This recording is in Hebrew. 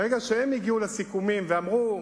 כשהם הגיעו לסיכומים ואמרו: